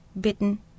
bitten